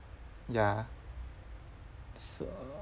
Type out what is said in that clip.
ya so